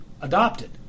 adopted